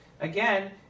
again